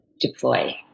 deploy